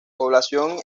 población